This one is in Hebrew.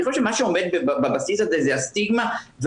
אני חושב שמה שעומד בבסיס הזה זה הסטיגמה ואמונה